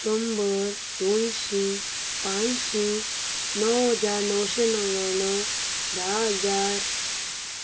शंबर दोनशीं पांचशीं णवशीं णव्याणव धा हजार